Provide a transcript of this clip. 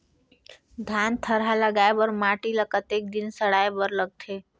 धान थरहा लगाय बर माटी ल कतेक दिन सड़ाय बर लगथे?